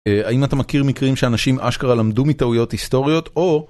האם אתה מכיר מקרים שאנשים אשכרה למדו מטעויות היסטוריות או.